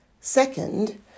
Second